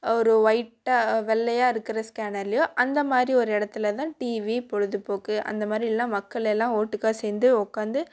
ஒரு ஒயிட்டா வெள்ளையா இருக்கிற ஸ்கேனர்லையோ அந்த மாதிரி ஒரு இடத்துல தான் டிவி பொழுதுபோக்கு அந்த மாதிரி எல்லாம் மக்கள் எல்லாம் ஒட்டுக்கா சேர்ந்து உட்காந்து